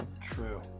True